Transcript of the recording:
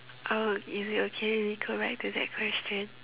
uh is it okay if we go back to that question